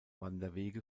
wanderwege